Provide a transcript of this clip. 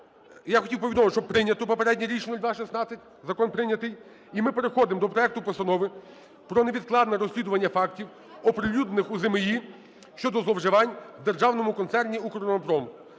Я хотів повідомити, що прийнято попереднє рішення 0216, закон прийнятий. І ми переходимо до проекту Постанови про невідкладне розслідування фактів, оприлюднених у ЗМІ щодо зловживань в Державному концерні "Укроборонпром".